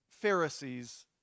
Pharisees